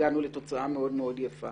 הנה, כאן הגענו לתוצאה מאוד מאוד יפה.